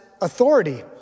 authority